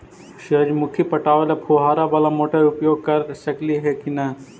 सुरजमुखी पटावे ल फुबारा बाला मोटर उपयोग कर सकली हे की न?